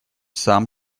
сам